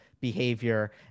behavior